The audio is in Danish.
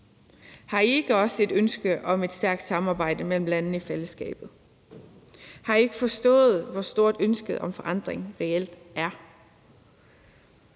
Har I ikke også et ønske om et stærkt samarbejde mellem landene i fællesskabet? Har I ikke forstået, hvor stort ønsket om forandring reelt er?